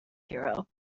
hero